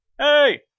Hey